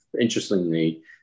interestingly